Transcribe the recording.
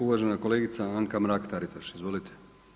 Uvažena kolegica Anka Mrak-Taritaš, izvolite.